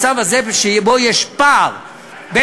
לרשות חוץ גם ביוזמתו וללא בקשה מרשות החוץ.